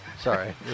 Sorry